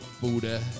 Buddha